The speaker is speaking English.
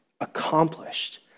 accomplished